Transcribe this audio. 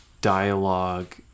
dialogue